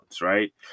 right